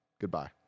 Goodbye